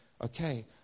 okay